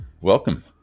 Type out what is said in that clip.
welcome